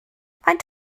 faint